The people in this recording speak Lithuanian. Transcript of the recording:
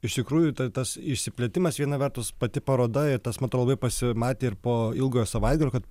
iš tikrųjų tai tas išsiplėtimas viena vertus pati paroda ir tas man atrodo labai pasimatė ir po ilgojo savaitgalio kad